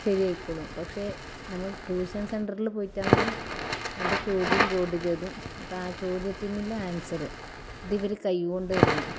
ശരിയായിക്കോളും പക്ഷേ നമ്മൾ ട്യൂഷൻ നമ്മൾ സെൻറ്ററിൽ പോയിട്ടാകുമ്പോൾ അവിടെ ചോദ്യം ബോർഡിലെഴുതും അപ്പം ആ ചോദ്യത്തിനുള്ള ആൻസറ് അതിവർ കൈ കൊണ്ട് എഴുതണം